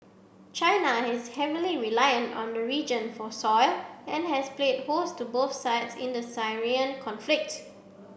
China is heavily reliant on the region for soil and has played host to both sides in the Syrian conflict